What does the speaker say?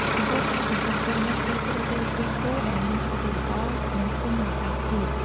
ចំពោះការចិញ្ចឹមគោ អ្នកត្រូវជ្រើសរើសពូជគោដែលមានសុខភាពល្អ និងធន់នឹងអាកាសធាតុ។